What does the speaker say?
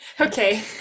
Okay